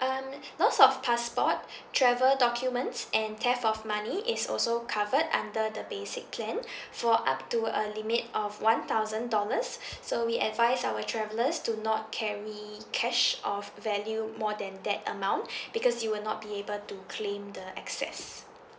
um lost of passport travel documents and theft of money is also covered under the basic plan for up to a limit of one thousand dollars so we advise our travellers to not carry cash of value more than that amount because you will not be able to claim the excess